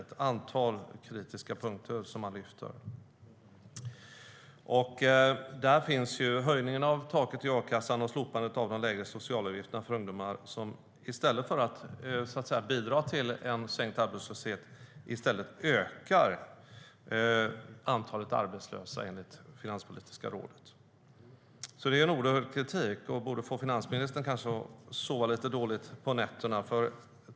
Det är ett antal kritiska punkter man lyfter fram. En punkt är höjningen av taket i a-kassan och slopandet av de lägre socialavgifterna för ungdomar, som enligt Finanspolitiska rådet i stället för att bidra till sänkt arbetslöshet kommer att öka antalet arbetslösa. Det är en oerhörd kritik, som borde få finansministern att sova dåligt på nätterna.